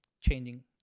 changing